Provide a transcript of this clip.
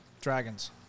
Dragons